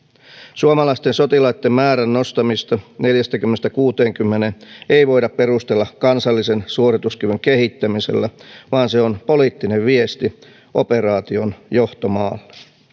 suomalaisten sotilaitten määrän nostamista neljästäkymmenestä kuuteenkymmeneen ei voida perustella kansallisen suorituskyvyn kehittämisellä vaan se on poliittinen viesti operaation johtomaalle